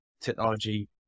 technology